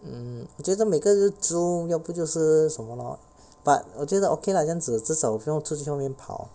hmm 我觉得每个人就是 zoom 要不就是什么 lor but 我觉得 okay lah 这样子至少不用出去外面跑